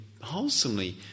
wholesomely